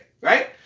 right